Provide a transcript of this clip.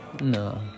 No